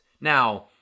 Now